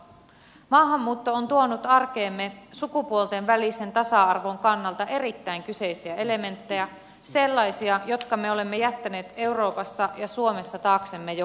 maahanmuutto on tuonut arkeemme sukupuolten välisen tasa arvon kannalta erittäin kyseenalaisia elementtejä sellaisia jotka me olemme jättäneet euroopassa ja suomessa taaksemme jo kauan sitten